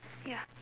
ya